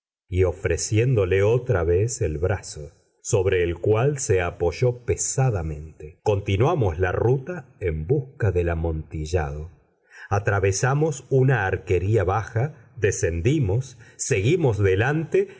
y ofreciéndole otra vez el brazo sobre el cual se apoyó pesadamente continuamos la ruta en busca del amontillado atravesamos una arquería baja descendimos seguimos adelante